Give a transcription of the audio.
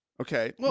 okay